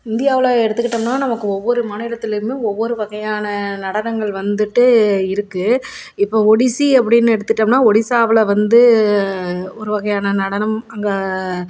இந்தியாவில் எடுத்துக்கிட்டோம்னால் நமக்கு ஒவ்வொரு மாநிலத்துலேயுமே ஒவ்வொரு வகையான நடனங்கள் வந்துட்டு இருக்குது இப்போ ஒடிசி அப்படின்னு எடுத்துட்டோம்னால் ஒடிசாவில் வந்து ஒரு வகையான நடனம் அங்கே